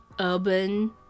urban